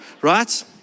right